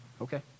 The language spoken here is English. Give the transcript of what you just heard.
Okay